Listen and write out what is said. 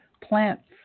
plants